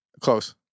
Close